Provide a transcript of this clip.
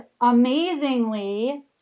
amazingly